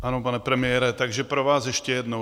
Ano, pane premiére, takže pro vás ještě jednou.